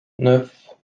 neuf